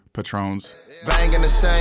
Patrons